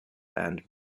and